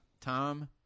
Tom